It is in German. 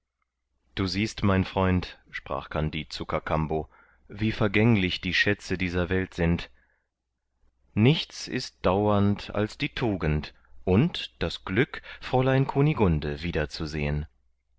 du siehst mein freund sprach kandid zu kakambo wie vergänglich die schätze dieser welt sind nichts ist dauernd als die tugend und das glück fräulein kunigunde wiederzusehen